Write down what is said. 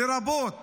לרבות